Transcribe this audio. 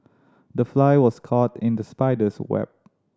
the fly was caught in the spider's web